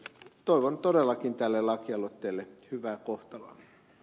toivon todellakin tälle lakialoitteelle hyvää kohtaloa